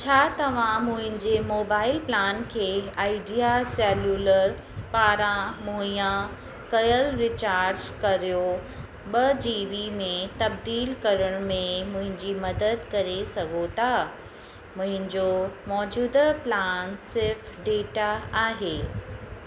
छा तव्हां मुंहिंजे मोबाइल प्लान खे आईडिया सेल्युलर पारां मुहैया कयल रीचार्ज कर्यो ॿ जी बी में तब्दील करण में मुंहिंजी मदद करे सघो था मुंहिंजो मौजूदा प्लान सिर्फ़ु डेटा आहे